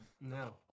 no